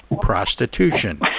prostitution